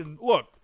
look